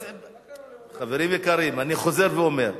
חברים יקרים, אני חוזר ואומר: